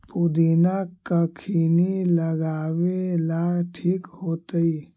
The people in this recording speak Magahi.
पुदिना कखिनी लगावेला ठिक होतइ?